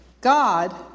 God